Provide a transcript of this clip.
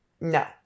no